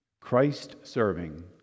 Christ-serving